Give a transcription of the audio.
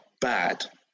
bad